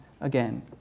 again